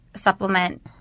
supplement